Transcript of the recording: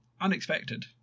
Unexpected